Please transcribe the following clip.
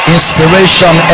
Inspiration